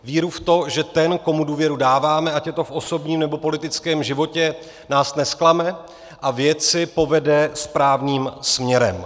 Víru v to, že ten, komu důvěru dáváme, ať je to v osobním, nebo politickém životě, nás nezklame a věci povede správným směrem.